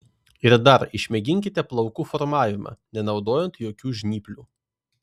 ir dar išmėginkite plaukų formavimą nenaudojant jokių žnyplių